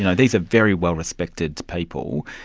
you know these are very well respected people.